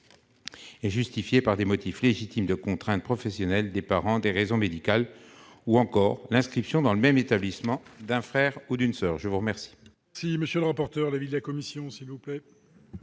est justifiée par des motifs légitimes : contraintes professionnelles des parents, raisons médicales ou encore inscription dans le même établissement qu'un frère ou une soeur. Quel